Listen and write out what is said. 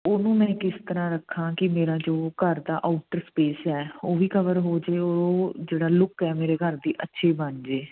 ਉਹਨੂੰ ਮੈਂ ਕਿਸ ਤਰ੍ਹਾਂ ਰੱਖਾਂ ਕੀ ਮੇਰਾ ਜੋ ਘਰ ਦਾ ਆਊਟ ਸਪੇਸ ਹੈ ਉਹ ਵੀ ਕਵਰ ਹੋ ਜੇ ਔਰ ਉਹ ਜਿਹੜਾ ਲੁੱਕ ਹੈ ਮੇਰੇ ਘਰ ਦੀ ਅੱਛੀ ਬਣ ਜੇ